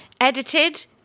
edited